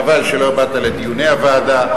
חבל שלא באת לדיוני הוועדה,